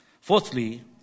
Fourthly